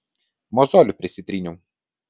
mozolį prisitryniau